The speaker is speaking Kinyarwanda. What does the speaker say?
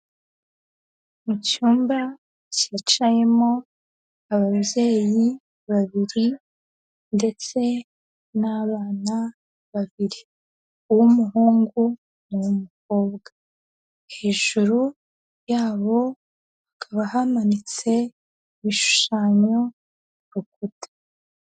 Mu cyumba cyicayemo ababyeyi babiri, ndetse nabana babiri uw'umuhungu, nuw'umukobwa. hejuru yabo hakaba hamanitse ibishushanyo kurukuta.